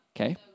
okay